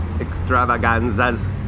extravaganzas